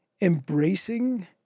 embracing